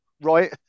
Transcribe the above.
right